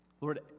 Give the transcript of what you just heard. Lord